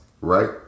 right